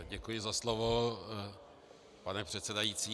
Děkuji za slovo, pane předsedající.